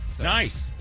Nice